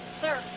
Sir